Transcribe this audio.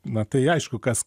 na tai aišku kas